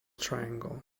triangle